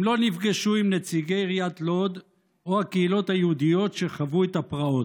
הם לא נפגשו עם נציגי עיריית לוד או הקהילות היהודיות שחוו את הפרעות.